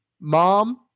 mom